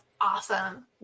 awesome